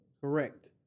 Correct